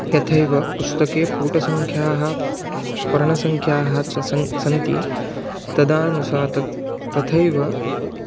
यथैव पुस्तके पुटसङ्ख्याः पर्णसङ्ख्याः च सन् सन्ति तदानुस तत् तथैव